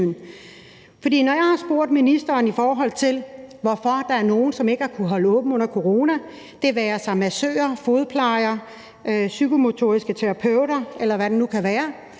når jeg har spurgt ministeren om, hvorfor der er nogle, som ikke har kunnet holde åbent under coronaen – det være sig massører, fodplejere, psykomotoriske terapeuter, eller hvad det nu kan være